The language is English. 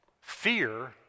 Fear